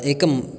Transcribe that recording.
एकम्